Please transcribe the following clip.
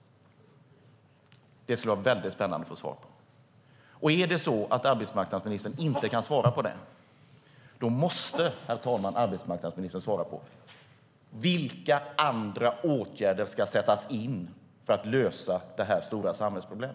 Det skulle vara väldigt spännande att få svar på det. Om arbetsmarknadsministern inte kan svara på det måste hon svara vilka andra åtgärder som ska sättas in för att lösa detta stora samhällsproblem.